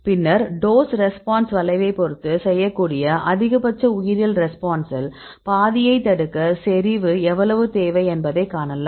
பின்னர் dose response வளைவைப் பெற்று செய்யக்கூடிய அதிகபட்ச உயிரியல் ரெஸ்பான்சில் பாதியைத் தடுக்க செறிவு எவ்வளவு தேவை என்பதைக் காணலாம்